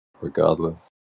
regardless